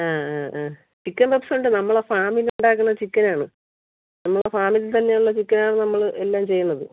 ആ ആ ആ ചിക്കൻ പപ്പ്സുണ്ട് നമ്മള് ഫാമിലുണ്ടാക്കുന്ന ചിക്കനാണ് നമ്മളുടെ ഫാമിൽ തന്നെയുള്ള ചിക്കനാണ് നമ്മള് എല്ലാം ചെയ്യണത്